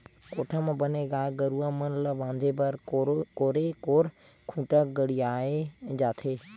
कोठा म बने गाय गरुवा मन ल बांधे बर कोरे कोर खूंटा गड़ियाये जाथे